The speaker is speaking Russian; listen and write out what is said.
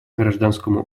гражданскому